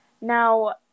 Now